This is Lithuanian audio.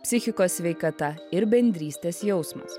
psichikos sveikata ir bendrystės jausmas